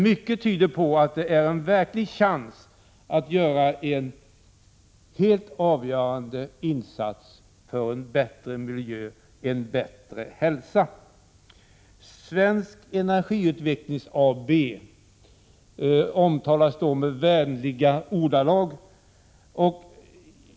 Mycket tyder på att det är en verklig chans att göra en helt avgörande insats för en bättre miljö och en bättre hälsa. Svensk Energiutveckling AB omtalas i vänliga ordalag.